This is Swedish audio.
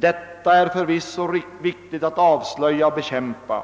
Detta är förvisso viktigt att avslöja och bekämpa,